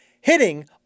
Hitting